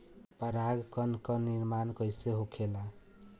पराग कण क निर्माण कइसे होखेला?